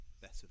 better